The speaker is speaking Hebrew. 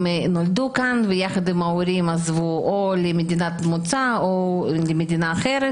הם נולדו כאן ויחד עם ההורים עזבו או למדינת מוצא או למדינה אחרת,